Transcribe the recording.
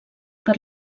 per